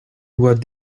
doit